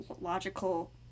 logical